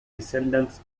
descendants